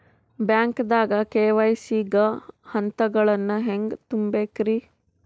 ಬ್ಯಾಂಕ್ದಾಗ ಕೆ.ವೈ.ಸಿ ಗ ಹಂತಗಳನ್ನ ಹೆಂಗ್ ತುಂಬೇಕ್ರಿ?